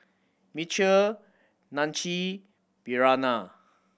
Mitchel Nanci Briana